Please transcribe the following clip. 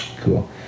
Cool